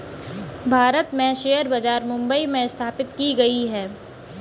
भारत में शेयर बाजार मुम्बई में स्थापित की गयी है